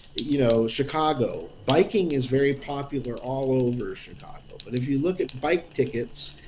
you know, chicago, biking is very popular all over chicago but if you look at bike tickets.